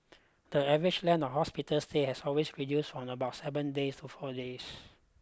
the average length of hospital stay has always reduced from about seven days to four days